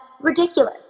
ridiculous